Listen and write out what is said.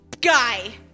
guy